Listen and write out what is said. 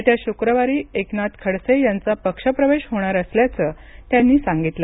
येत्या शुक्रवारी एकनाथ खडसे यांचा पक्ष प्रवेश होणार असल्याचं त्यांनी सांगितलं